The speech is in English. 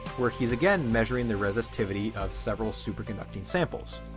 where he's again measuring the resistivity of several superconducting samples.